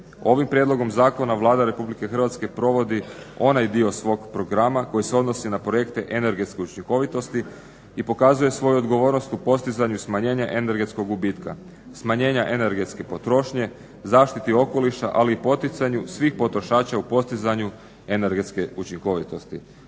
Ovim prijedlogom zakona Vlada RH provodi onaj dio svog programa koji se odnose na projekte energetske učinkovitosti i pokazuje svoju odgovornost u postizanju smanjenja energetskog gubitka, smanjenja energetske potrošnje, zaštiti okoliša ali i poticanju svih potrošača u postizanju energetske učinkovitosti.